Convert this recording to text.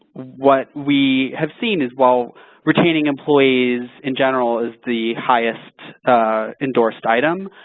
what we have seen as well retaining employees in general is the highest and worst item,